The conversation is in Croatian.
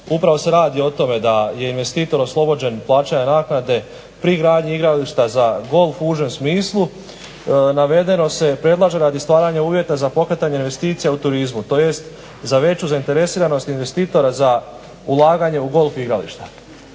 Upravo se radi o tome da je investitor oslobođen plaćanja naknade pri gradnji igrališta za golf u užem smislu, navedeno se predlaže radi stvaranja uvjeta za pokretanje investicija u turizmu tj. za veću zainteresiranost investitora za ulaganje u golf igrališta.